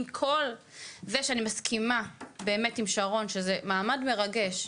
עם כל זה שאני מסכימה עם שרון שזה מעמד מרגש,